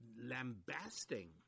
lambasting